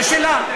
זה שלה.